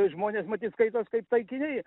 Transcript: žmonės matyt skaitos kaip taikiniai